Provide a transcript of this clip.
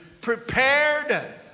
prepared